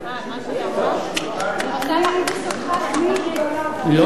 אמר לי המציע שמדובר על שנתיים, לא.